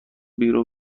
بیرون